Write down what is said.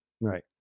Right